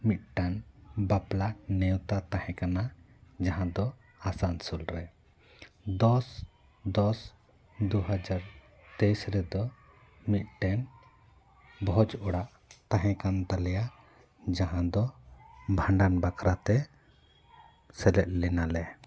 ᱢᱤᱫᱴᱟᱱ ᱵᱟᱯᱞᱟ ᱱᱮᱣᱛᱟ ᱛᱟᱦᱮᱸ ᱠᱟᱱᱟ ᱡᱟᱦᱟᱸ ᱫᱚ ᱟᱥᱟᱱᱥᱳᱞ ᱨᱮ ᱫᱚᱥ ᱫᱚᱥ ᱫᱩᱦᱟᱡᱟᱨ ᱛᱮᱭᱤᱥ ᱨᱮᱫᱚ ᱢᱤᱫᱴᱮᱱ ᱵᱷᱚᱡᱽ ᱚᱲᱟᱜ ᱛᱟᱦᱮᱸ ᱠᱟᱱ ᱛᱟᱞᱮᱭᱟ ᱡᱟᱦᱟᱸ ᱫᱚ ᱵᱷᱟᱸᱰᱟᱱ ᱵᱟᱠᱷᱟᱨᱟ ᱛᱮ ᱥᱮᱞᱮᱫ ᱞᱮᱱᱟ ᱞᱮ